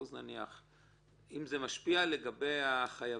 זה משפיע לגבי החייבים,